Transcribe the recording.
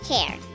care